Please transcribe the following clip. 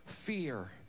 fear